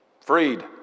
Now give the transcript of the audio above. Freed